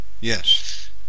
Yes